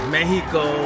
Mexico